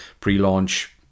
pre-launch